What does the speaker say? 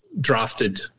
drafted